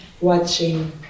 watching